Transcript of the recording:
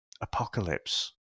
apocalypse